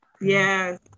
Yes